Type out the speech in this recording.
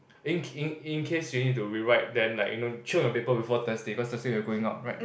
in in case you need to rewrite then like you know chiong your paper before Thursday cause Thursday we're going out right